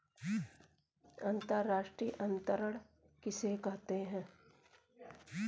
अंतर्राष्ट्रीय अंतरण किसे कहते हैं?